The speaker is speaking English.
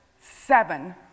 seven